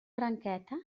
branqueta